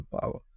power